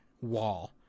wall